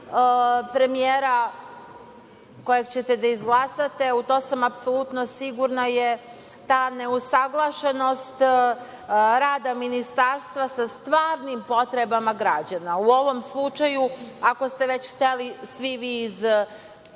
premijera kojeg ćete da izglasate, u to sam apsolutno sigurna, je ta neusaglašenost rada ministarstva sa stvarnim potrebama građana. U ovom slučaju, ako ste već hteli svi vi iz